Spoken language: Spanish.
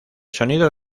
sonido